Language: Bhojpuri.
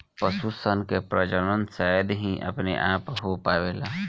पशु सन के प्रजनन शायद ही अपने आप हो पावेला